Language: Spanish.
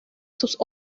sus